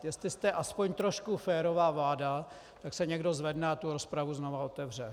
Jestli jste aspoň trochu férová vláda, tak se někdo zvedne a tu rozpravu znovu otevře.